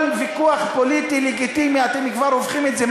כל ויכוח פוליטי לגיטימי, אתם כבר הופכים את זה,?